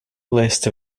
list